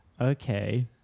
Okay